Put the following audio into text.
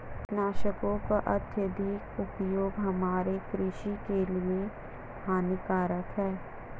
कीटनाशकों का अत्यधिक उपयोग हमारे कृषि के लिए हानिकारक है